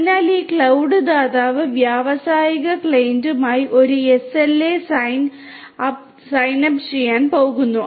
അതിനാൽ ഈ ക്ലൌഡ് ദാതാവ് വ്യാവസായിക ക്ലയന്റുമായി ഒരു SLA സൈൻ അപ്പ് ചെയ്യാൻ പോകുന്നു